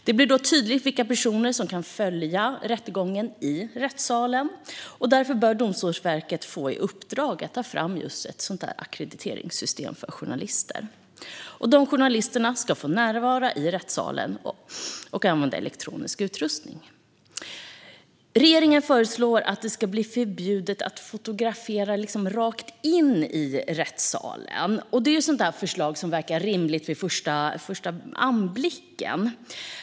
Det blir då tydligt vilka personer som kan följa rättegången i rättssalen. Regeringen föreslår att det ska bli förbjudet att fotografera rakt in i rättssalen. Det är ett sådant där förslag som verkar rimligt vid första anblicken.